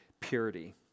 Purity